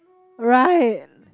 right